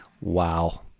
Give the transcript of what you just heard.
Wow